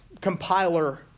compiler